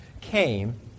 came